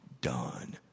done